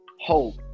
hope